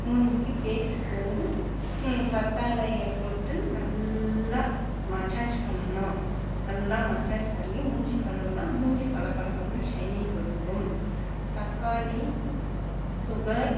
மூஞ்சிக்கு பேஸுக்கு வந்து கற்றாழைய போட்டு நல்லா மசாஜ் பண்ணனும் நல்லா மசாஜ் பண்ணி மூஞ்சி கழுவினா மூஞ்சி பள பள பளன்னு ஷைனிங் கொடுக்கும் தக்காளி சுகர்